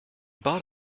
bought